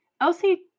Elsie